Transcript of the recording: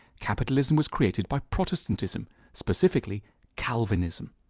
capitalism was created by protestantism, specifically calvinism.